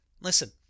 listen